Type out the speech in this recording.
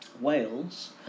Wales